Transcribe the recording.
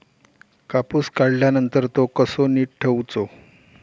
कापूस काढल्यानंतर तो कसो नीट ठेवूचो?